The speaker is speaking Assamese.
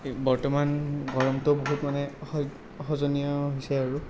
বৰ্তমান গৰমটো বহুত মানে অসহ্যনীয় হৈছে আৰু